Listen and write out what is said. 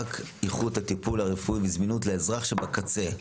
רק איכות הטיפול הרפואי וזמינות לאזרח שבקצה,